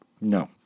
No